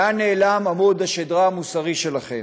לאן נעלם עמוד השדרה המוסרי שלכם?